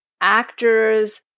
actors